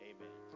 Amen